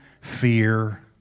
fear